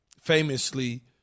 famously